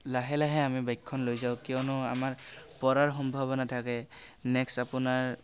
লাহে লাহে আমি বাইকখন লৈ যাওঁ কিয়নো আমাৰ পৰাৰ সম্ভাৱনা থাকে নেক্সট আপোনাৰ